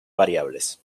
variables